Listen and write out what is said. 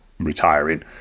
Retiring